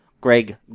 Greg